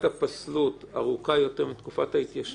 הפסלות ארוכה יותר מתקופת ההתיישנות?